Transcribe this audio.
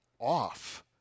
off